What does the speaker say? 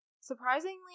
surprisingly